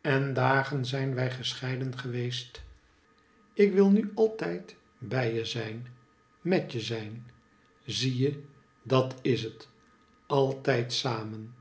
en dagen zijn wij gescheiden geweest ik wil nu altijd bij je zijn met je zijn zie je dat is het altijd samen